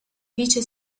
vice